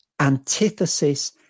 antithesis